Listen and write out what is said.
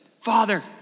Father